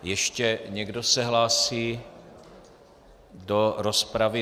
Ještě někdo se hlásí do rozpravy?